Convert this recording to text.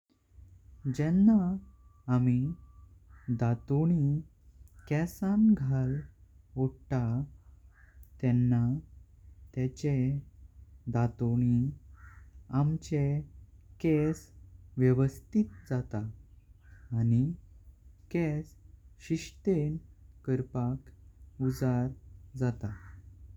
जेंव्हा आम्ही दातांनी केसानी घाल ओडता तेंव्हा तेचें दातांनी आमचें केस व्यवस्थित जात। आनी केस शिस्तें करून उजाड जात।